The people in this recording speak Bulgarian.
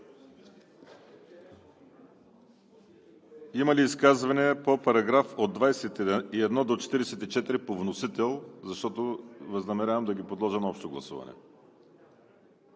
Има ли изказвания по § 21 до § 44 по вносител, защото възнамерявам да ги подложа на общо гласуване?